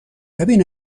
ببین